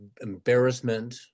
embarrassment